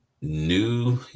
new